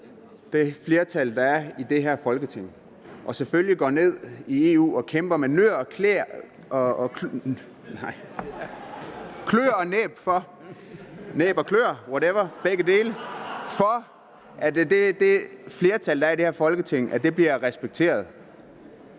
det flertal, der er i det her Folketing, og selvfølgelig går ned i EU og kæmper med næb og kløer for, at det flertal, der er i det her Folketing, bliver respekteret.